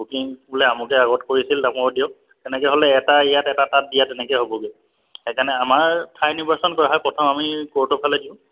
booking বোলে আমুকে আগত কৰিছিল তামুকক দিয়ক তেনেকৈ হ'লে এটা ইয়াত এটা তাত দিয়া তেনেকৈ হ'বগৈ সেইকাৰণে আমাৰ ঠাই নিৰ্বাচন কৰা প্ৰথম আমি কৰ্টৰ ফালে দিওঁ